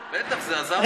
בטח, זה, קשת.